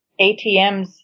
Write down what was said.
ATMs